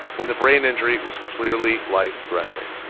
when the brain injury was clearly life-threatening